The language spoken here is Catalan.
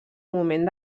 moment